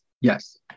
Yes